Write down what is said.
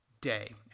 day